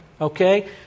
Okay